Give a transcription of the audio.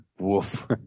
woof